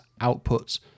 outputs